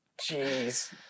Jeez